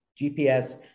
GPS